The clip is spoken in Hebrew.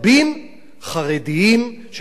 ששייכים בעיקר לחינוך העצמאי